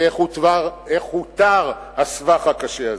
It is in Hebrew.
ואיך הותר הסבך הקשה הזה.